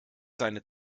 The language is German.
seine